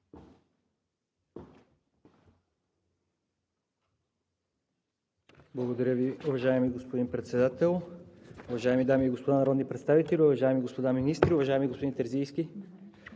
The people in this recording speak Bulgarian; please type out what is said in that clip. Благодаря Ви, уважаеми господин Председател. Уважаеми дами и господа народни представители, уважаеми господа министри, уважаеми господин Терзийски!